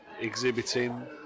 exhibiting